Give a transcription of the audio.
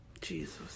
Jesus